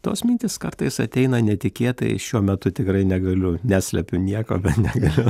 tos mintys kartais ateina netikėtai šiuo metu tikrai negaliu neslepiu nieko bet negaliu